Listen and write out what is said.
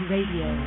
Radio